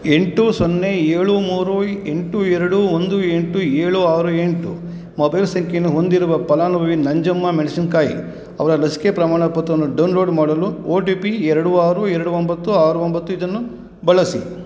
ಎಂಟು ಸೊನ್ನೆ ಏಳು ಮೂರು ಎಂಟು ಎರಡು ಒಂದು ಎಂಟು ಏಳು ಆರು ಎಂಟು ಮೊಬೈಲ್ ಸಂಖ್ಯೆಯನ್ನು ಹೊಂದಿರುವ ಫಲಾನುಭವಿ ನಂಜಮ್ಮ ಮೆಣ್ಶಿನ್ಕಾಯಿ ಅವರ ಲಸಿಕೆ ಪ್ರಮಾಣಪತ್ರವನ್ನು ಡೌನ್ಲೋಡ್ ಮಾಡಲು ಒ ಟಿ ಪಿ ಎರಡು ಆರು ಎರಡು ಒಂಬತ್ತು ಆರು ಒಂಬತ್ತು ಇದನ್ನು ಬಳಸಿ